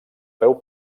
peu